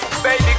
Baby